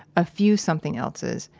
a few something elses,